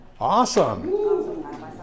Awesome